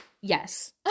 Yes